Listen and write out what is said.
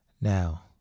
Now